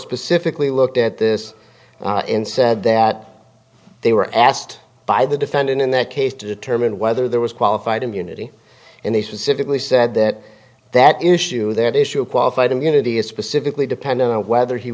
specifically looked at this and said that they were asked by the defendant in that case to determine whether there was qualified immunity and they specifically said that that issue that issue of qualified immunity is specifically depend on whether he